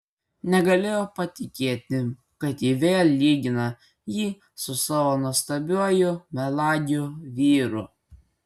negalėjo patikėti kad ji vėl lygina jį su savo nuostabiuoju melagiu vyru